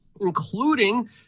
including